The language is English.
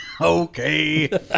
okay